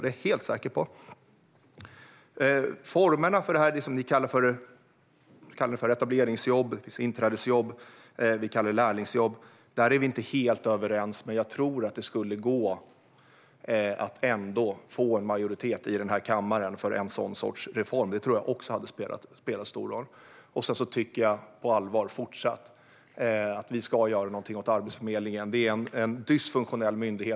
Det är jag helt säker på. Formerna för det som ni kallar för etableringsjobb eller inträdesjobb och som vi kallar för lärlingsjobb är vi inte helt överens om, men jag tror att det ändå skulle gå att få en majoritet här i kammaren för en sådan reform. Det tror jag också skulle spela en stor roll. Sedan tycker jag på allvar att vi ska göra något åt Arbetsförmedlingen. Det är en dysfunktionell myndighet.